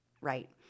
right